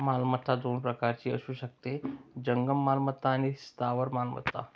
मालमत्ता दोन प्रकारची असू शकते, जंगम मालमत्ता आणि स्थावर मालमत्ता